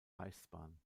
reichsbahn